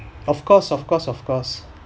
of course of course of course